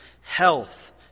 health